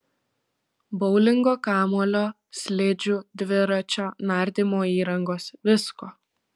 boulingo kamuolio slidžių dviračio nardymo įrangos visko